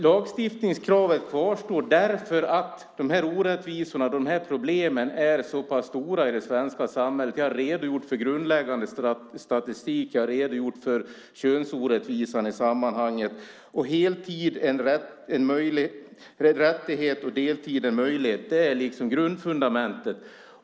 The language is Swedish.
Lagstiftningskravet kvarstår för att orättvisorna och problemen är så stora i det svenska samhället. Jag har redogjort för grundläggande statistik och könsorättvisan i sammanhanget. Grundfundamentet är: Heltid en rättighet, och deltid en möjlighet.